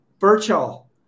virtual